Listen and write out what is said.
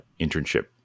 internship